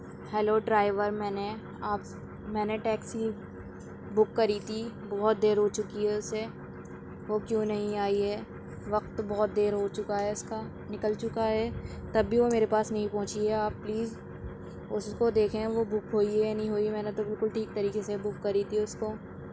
hello driver میں نے آپس میں نے ٹیکسی بک کری تھی بہت دیر ہو چکی ہے اسے وہ کیوں نہیں آئی ہے وقت بہت دیر ہو چکا ہے اس کا نکل چکا ہے تب بھی وہ میرے پاس نہیں پہونچی ہے آپ پلیز اس کو دیکھیں وہ بک ہوئی ہے یا نہیں ہوئی میں نے تو بالکل ٹھیک طریقہ سے بک کری تھی اس کو